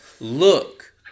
Look